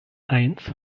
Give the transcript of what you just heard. eins